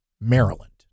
Maryland